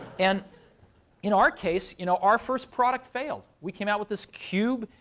and in our case, you know, our first product failed. we came out with this cube.